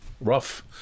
rough